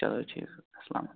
چلو ٹھیٖک چھُ اَسَلام